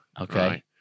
Okay